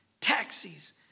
taxis